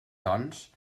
doncs